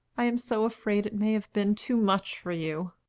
i am so afraid it may have been too much for you.